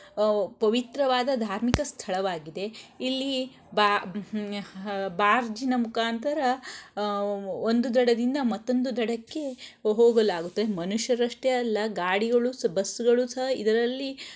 ಪವಿತ್ರವಾದ ಧಾರ್ಮಿಕ ಸ್ಥಳವಾಗಿದೆ ಇಲ್ಲಿ ಬಾ ಬಾರ್ಜಿನ ಮುಖಾಂತರ ಒಂದು ದಡದಿಂದ ಮತ್ತೊಂದು ದಡಕ್ಕೆ ಹೋಗಲಾಗುತ್ತೆ ಮನುಷ್ಯರಷ್ಟೇ ಅಲ್ಲ ಗಾಡಿಗಳು ಬಸ್ಗಳು ಸಹ ಇದರಲ್ಲಿ